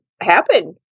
happen